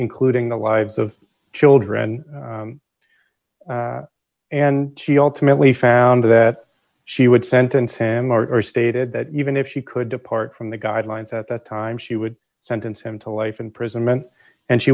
including the lives of children and she ultimately found that she would sentence him murderer stated that even if she could depart from the guidelines at that time she would sentence him to life imprisonment and she